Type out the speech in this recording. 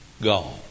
gone